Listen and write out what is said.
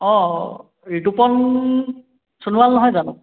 অঁ ঋতুপন সোণোৱাল নহয় জানো